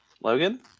Logan